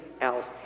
else